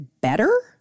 better